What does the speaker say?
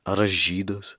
ar aš žydas